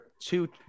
two